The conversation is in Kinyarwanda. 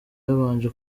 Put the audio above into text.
yabanje